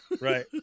right